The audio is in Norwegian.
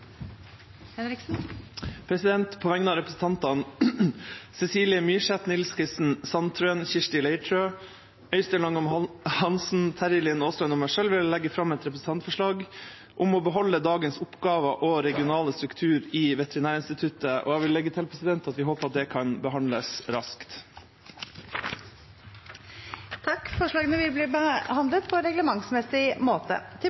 På vegne av representantene Cecilie Myrseth, Nils Kristen Sandtrøen, Kirsti Leirtrø, Øystein Langholm Hansen, Terje Aasland og meg selv vil jeg legge fram et representantforslag om å beholde dagens oppgaver og regionale struktur i Veterinærinstituttet. Jeg vil legge til at vi håper at det kan behandles raskt. Forslagene vil bli behandlet på reglementsmessig måte.